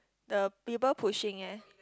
the people pushing eh